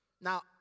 Now